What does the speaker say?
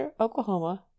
oklahoma